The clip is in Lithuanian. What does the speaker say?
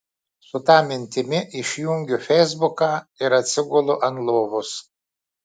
su ta mintimi išjungiu feisbuką ir atsigulu ant lovos